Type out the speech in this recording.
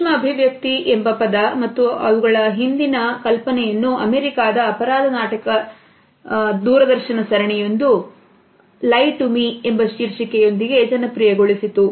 ಸೂಕ್ಷ್ಮ ಅಭಿವ್ಯಕ್ತಿ ಎಂಬ ಪದ ಮತ್ತು ಅವುಗಳ ಹಿಂದಿನ ಕಲ್ಪನೆಯನ್ನು ಅಮೆರಿಕಾದ ಅಪರಾಧ ನಾಟಕ ದೂರದರ್ಶನ ಸರಣಿಯು ಲೈ ಟು ಮಿ ಎಂಬ ಶೀರ್ಷಿಕೆಯೊಂದಿಗೆ ಜನಪ್ರಿಯಗೊಳಿಸಿತು